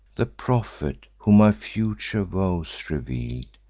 the prophet, who my future woes reveal'd,